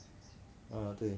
啊对